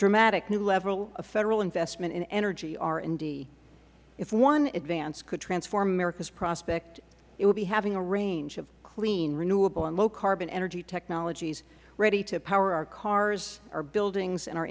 dramatic new level of federal investment in energy r and d if one advance could transform america's prospect it will be having a range of clean renewable and low carbon energy technologies ready to power our cars our buildings and our